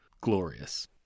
glorious